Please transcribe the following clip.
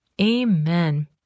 Amen